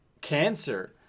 cancer